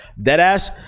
Deadass